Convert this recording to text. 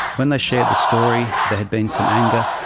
when they shared the story, there had been some anger,